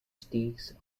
streaks